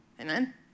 Amen